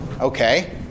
Okay